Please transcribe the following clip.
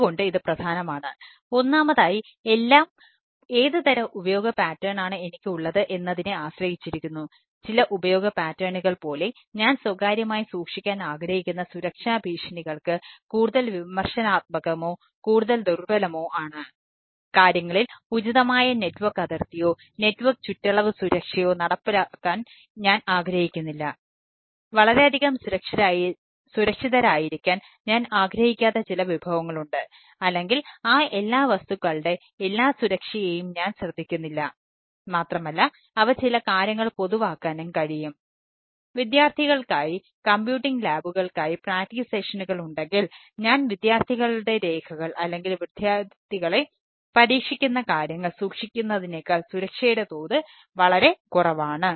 എന്തുകൊണ്ട് ഇത് പ്രധാനമാണ് ഒന്നാമതായി എല്ലാം ഏതുതരം ഉപയോഗ പാറ്റേണാണ് ഉണ്ടെങ്കിൽ ഞാൻ വിദ്യാർത്ഥികളുടെ രേഖകൾ അല്ലെങ്കിൽ വിദ്യാർത്ഥികളെ പരീക്ഷിക്കുന്ന കാര്യങ്ങൾ സൂക്ഷിക്കുന്നതിനേക്കാൾ സുരക്ഷയുടെ തോത് വളരെ കുറവാണ്